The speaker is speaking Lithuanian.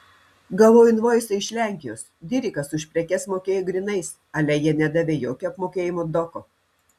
gavau invoisą iš lenkijos dirikas už prekes mokėjo grynais ale jie nedavė jokio apmokėjimo doko